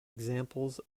examples